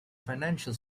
financial